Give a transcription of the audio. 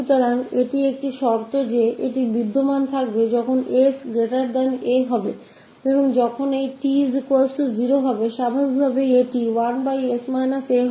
तो यह एक हालत है की sa के लिए यह होगा और जब हम रखेंगे t0 स्वाभाविक यह 1s a होगा